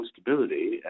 stability